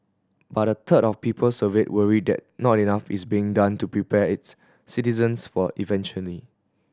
but a third of people surveyed worry that not enough is being done to prepare its citizens for eventually